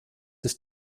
ist